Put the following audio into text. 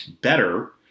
better